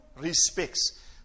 respects